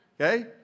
Okay